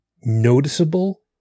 noticeable